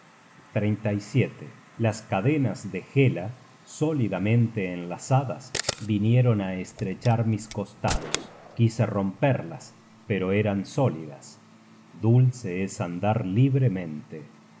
las cadenas de hela sólidamente enlazadas vinieron á estrechar mis costados quise romperlas pero eran sólidas dulce es andar libremente